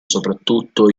soprattutto